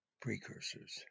precursors